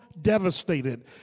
devastated